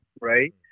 Right